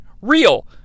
real